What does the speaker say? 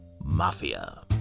Mafia